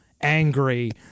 angry